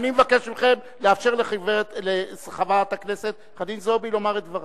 אני מבקש מכם לאפשר לחברת הכנסת חנין זועבי לומר את דברה.